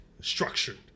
structured